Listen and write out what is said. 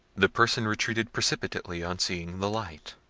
the person retreated precipitately on seeing the light.